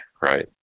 Right